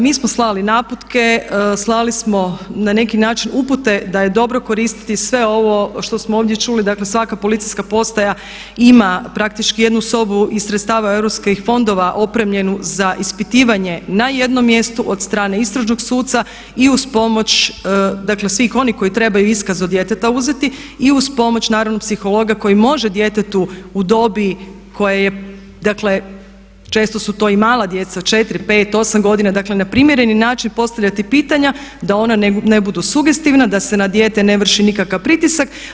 Mi smo slali naputke, slali smo na neki način upute da je dobro koristiti sve ovo što smo ovdje čuli, dakle svaka policijska postaja ima praktički jednu sobu iz sredstava Europskih fondova opremljenu za ispitivanje na jednom mjestu od strane istražnog suca i uz pomoć dakle svih onih koji trebaju iskaz od djeteta uzeti i uz pomoć naravno psihologa koji može djetetu u dobi koja je dakle, često su to i mala djeca 4, 5, 8 godina, dakle na primjereni način postavljati pitanja da ona ne budu sugestivna, da se na dijete ne vrši nikakav pritisak.